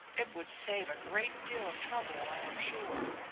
it would save a great deal of trouble i am sure.